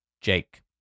Jake